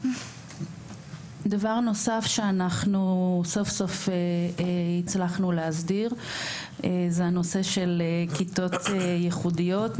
דבר נוסף שאנחנו סוף סוף הצלחנו להסדיר זה הנושא של כיתות ייחודיות,